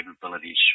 capabilities